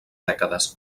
dècades